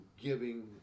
giving